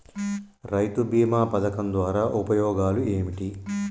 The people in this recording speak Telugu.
రైతు బీమా పథకం ద్వారా ఉపయోగాలు ఏమిటి?